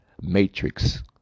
matrix